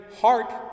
heart